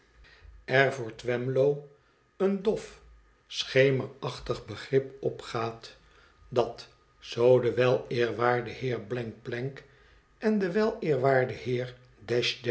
voor twemlow een dof schemerachtig begrip opgaat dat zoo de wel eerwaarde heer blank blank en de wel eerwaarde heer